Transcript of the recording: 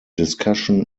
discussion